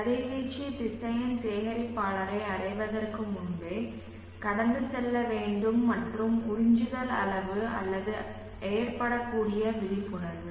கதிர்வீச்சு திசையன் சேகரிப்பாளரை அடைவதற்கு முன்பே கடந்து செல்ல வேண்டும் மற்றும் உறிஞ்சுதல் அளவு அல்லது ஏற்படக்கூடிய விழிப்புணர்வு